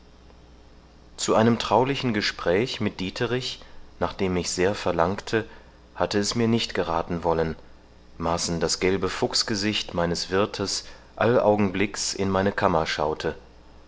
zu einem traulichen gespräch mit dieterich nach dem mich sehr verlangete hatte es mir nicht gerathen wollen maßen das gelbe fuchsgesicht meines wirthes allaugenblicks in meine kammer schaute